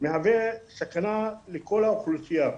מהווה סכנה לכל האוכלוסייה.